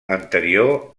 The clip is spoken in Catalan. anterior